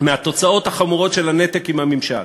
מהתוצאות החמורות של הנתק עם הממשל.